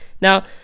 Now